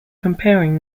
comparing